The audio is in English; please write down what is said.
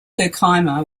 herkimer